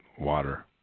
water